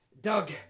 Doug